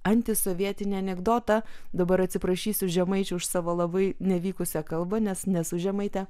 antisovietinį anekdotą dabar atsiprašysiu žemaičių už savo labai nevykusią kalbą nes nesu žemaitė